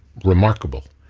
remarkable.